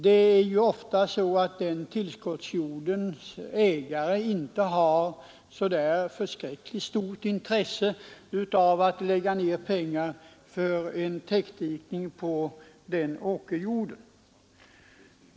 Det är ofta så att denna tillskottsjords ägare inte har så stort intresse av att lägga ner pengar på en täckdikning av denna åkerjord.